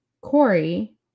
Corey